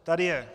Tady je.